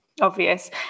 Obvious